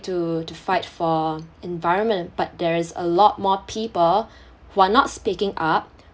to to fight for environment but there is a lot more people who are not speaking up